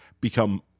become